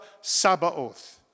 Sabaoth